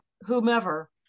whomever